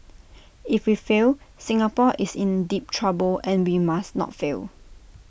if we fail Singapore is in deep trouble and we must not fail